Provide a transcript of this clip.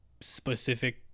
specific